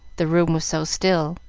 the room was so still